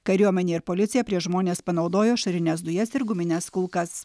kariuomenė ir policija prieš žmones panaudojo ašarines dujas ir gumines kulkas